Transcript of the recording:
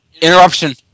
Interruption